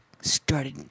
started